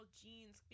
jeans